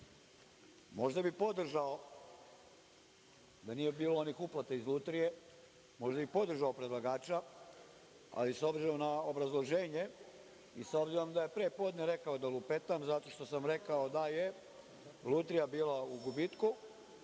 Možda bih podržao da nije bilo onih uplata iz Lutrije. Možda bih i podržao predlagača, ali s obzirom na obrazloženje i s obzirom da je pre podne rekao da lupetam što sam rekao da je Lutrija bila u gubitku,